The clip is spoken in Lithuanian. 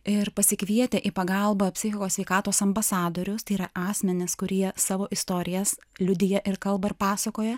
ir pasikvietę į pagalbą psichikos sveikatos ambasadoriaus tai yra asmenys kurie savo istorijas liudija ir kalba ir pasakoja